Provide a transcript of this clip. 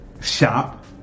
shop